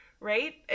right